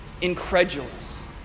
incredulous